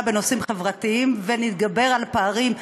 בנושאים חברתיים ונתגבר על פערים אחרים,